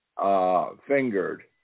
Fingered